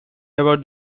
about